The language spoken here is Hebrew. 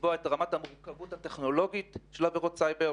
לקבוע את רמת המורכבות הטכנולוגית של עבירות סייבר.